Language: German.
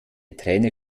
träne